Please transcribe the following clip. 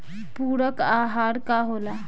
पुरक अहार का होला?